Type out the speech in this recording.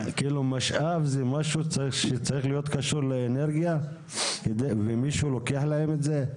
כאילו משאב זה משהו שצריך להיות קשור לאנרגיה ומישהו לוקח להם את זה?